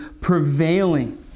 prevailing